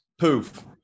poof